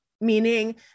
Meaning